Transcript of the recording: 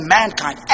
mankind